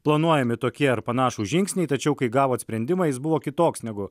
planuojami tokie ar panašūs žingsniai tačiau kai gavot sprendimą jis buvo kitoks negu